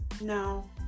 no